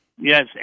Yes